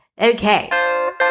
Okay